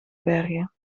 bergen